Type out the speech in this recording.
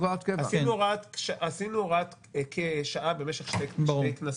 עשינו הוראת שעה במשך שתי כנסות.